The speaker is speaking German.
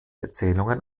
erzählungen